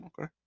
Okay